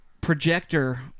projector